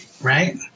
right